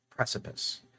precipice